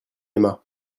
aima